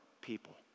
people